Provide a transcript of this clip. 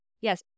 yes